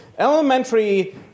Elementary